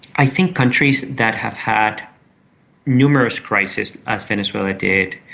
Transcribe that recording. i think countries that have had numerous crises, as venezuela did,